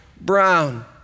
brown